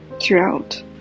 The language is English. throughout